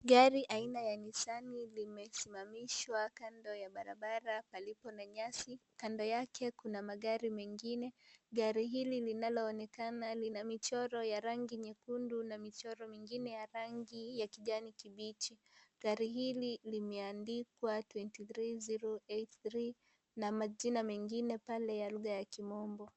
Gari aina la nissani limesimamishwa kando ya barabara karibu na nyasi kando yake kuna magari mengine gari hili linaloonekana lina michoro ya rangi nyekundu na michoro mingine ya rangi ya kijani kibichi gari hili limeandikwa 23083 na majina mengina pale ya lugha ya kimombo.